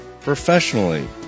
professionally